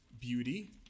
beauty